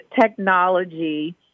technology